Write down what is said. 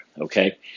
okay